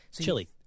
Chili